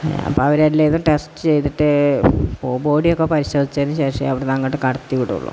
അപ്പോൾ അവർ എല്ലാ ഇതും ടെസ്റ്റ് ചെയ്തിട്ട് ബോഡിയൊക്കെ പരിശോധിച്ചതിന് ശേഷമേ അവിടെ നിന്ന് അങ്ങോട്ട് കടത്തി വിടുകയുള്ളൂ